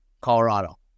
Colorado